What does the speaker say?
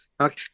Okay